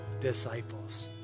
disciples